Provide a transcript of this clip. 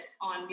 on